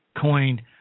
coined